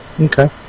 Okay